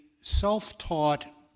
self-taught